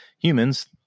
humans